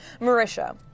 Marisha